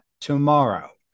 tomorrow